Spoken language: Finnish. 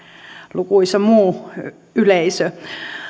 lukuisa muu yleisö